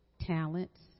talents